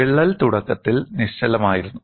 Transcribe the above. വിള്ളൽ തുടക്കത്തിൽ നിശ്ചലമായിരുന്നു